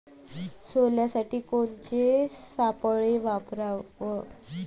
सोल्यासाठी कोनचे सापळे वापराव?